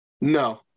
No